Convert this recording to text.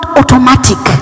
automatic